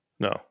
No